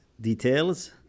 details